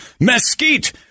mesquite